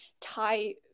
tie